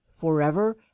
forever